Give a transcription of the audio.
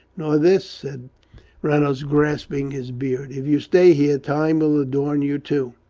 nor this, said reynolds, grasping his beard. if you stay here, time will adorn you too.